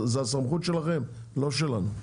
זו הסמכות שלכם, לא שלנו.